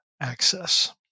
access